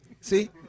See